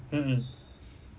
mmhmm